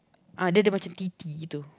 ah dia ada macam T_T gitu